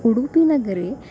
उडुपिनगरे